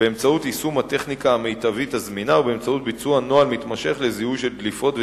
אין לנו שום שליטה על מועד הפרסום,